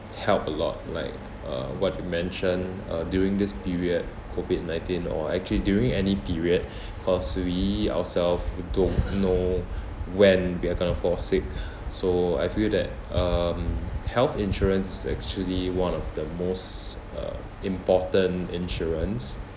help a lot like uh what you mention uh during this period COVID nineteen or actually during any period cause we ourself we don't know when we're going to fall sick so I feel that um health insurance is actually one of the most uh important insurance